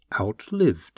outlived